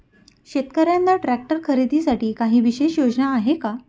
शेतकऱ्यांना ट्रॅक्टर खरीदीसाठी काही विशेष योजना आहे का?